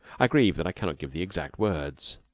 i grieve that i cannot give the exact words.